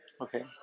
Okay